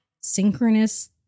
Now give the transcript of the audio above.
synchronous